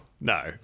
no